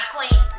Queen